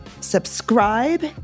subscribe